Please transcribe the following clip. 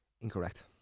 Incorrect